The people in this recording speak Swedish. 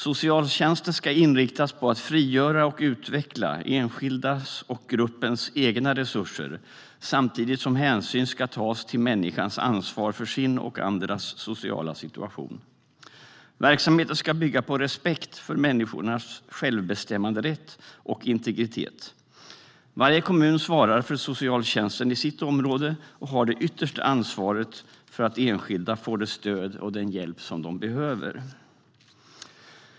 Socialtjänsten ska inriktas på att frigöra och utveckla enskildas och gruppers egna resurser samtidigt som hänsyn ska tas till människans ansvar för sin och andras sociala situation. Verksamheten ska bygga på respekt för människornas självbestämmanderätt och integritet. Varje kommun svarar för socialtjänsten i sitt område och har det yttersta ansvaret för att enskilda får det stöd och den hjälp som de behöver.